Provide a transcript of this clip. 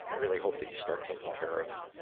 really hope that you start taking care of,